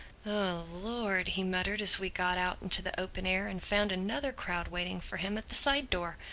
oh lord! he muttered as we got out into the open air and found another crowd waiting for him at the side door.